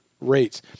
rates